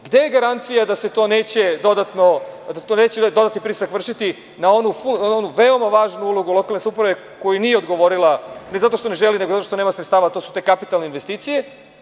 Gde je garancija da to neće dodatno pritisak vršiti na onu veoma važnu ulogu lokalne samouprave, koju nije odgovorila ne zato što ne želi, nego zato što nema sredstava, to su te kapitalne investicije?